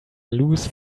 loose